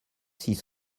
six